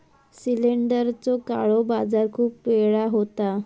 सिलेंडरचो काळो बाजार खूप वेळा होता